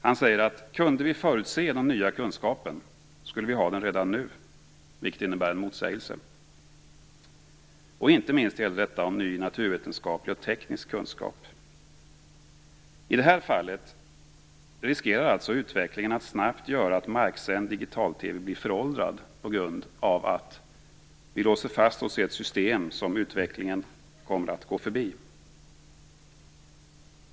Han säger att om vi kunde förutse den nya kunskapen, skulle vi ha den redan nu, vilket innebär en motsägelse. Inte minst gäller detta om ny naturvetenskaplig och teknisk kunskap. I det här fallet riskerar alltså utvecklingen att snabbt göra att marksänd digital-TV blir föråldrad genom att vi låser fast oss i ett system som utvecklingen kommer att gå förbi .